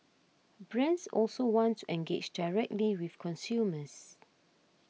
brands also want to engage directly with consumers